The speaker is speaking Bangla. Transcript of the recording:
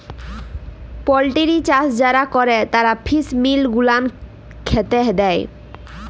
পলটিরি চাষ যারা ক্যরে তারা ফিস মিল গুলান খ্যাতে দেই